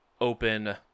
open